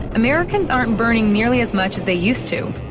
americans aren't burning nearly as much as they used to.